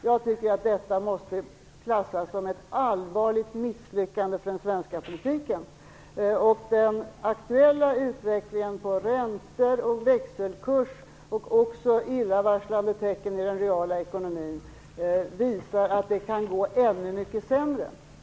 Jag tycker att detta måste klassas som ett allvarligt misslyckande för den svenska politiken. Den aktuella utvecklingen av räntor och växelkurs och illavarslande tecken i den reala ekonomin visar att det kan gå ännu mycket sämre.